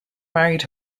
married